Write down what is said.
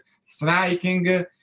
striking